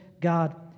God